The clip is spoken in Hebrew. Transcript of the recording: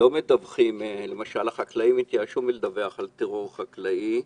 החקלאים למשל כבר התייאשו מלדווח על טרור חקלאי,